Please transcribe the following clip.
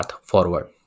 forward